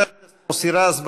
חבר הכנסת מוסי רז,